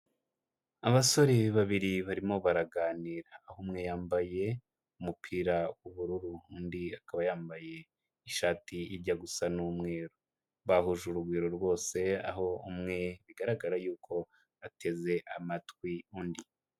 Abasore babiri barimo baraganira, aho umwe yambaye umupira w'ubururu undi akaba yambaye ishati ijya gusa n'umweru, bahuje urugwiro rwose, aho umwe bigaragara yuko ateze amatwi undi.